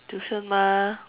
tuition mah